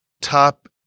top